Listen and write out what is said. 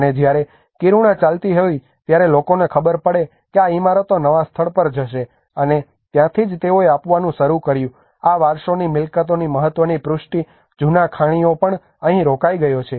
અને જ્યારે કિરુણા ચાલતી હોય ત્યારે લોકોને ખબર પડે કે આ ઇમારતો નવા સ્થળ પર જશે અને ત્યાંથી જ તેઓએ આપવાનું શરૂ કર્યું આ વારસોની મિલકતોની મહત્વની પુષ્ટિ જૂના ખાણિયો પણ અહીં રોકાઈ ગયો છે